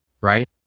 right